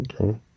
Okay